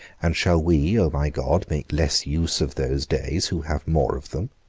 and shall we, o my god, make less use of those days who have more of them?